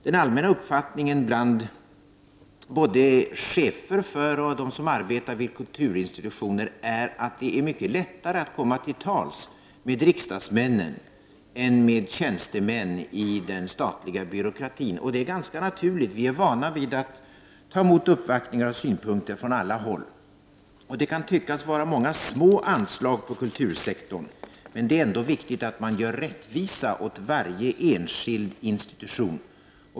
Den allmänna uppfattningen bland chefer och dem som arbetar på kulturinstitutioner är att det är mycket lättare att komma till tals med riksdagsmännen än med tjänstemän inom den statliga byråkratin. Det är ganska naturligt. Vi är vana vid att ta emot uppvaktningar och synpunkter från alla möjliga håll. Det kan tyckas vara många små anslag på kultursektorn, men det är ändå viktigt att man gör rättvisa åt varje enskild institution.